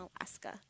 Alaska